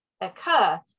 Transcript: occur